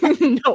no